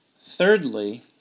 Thirdly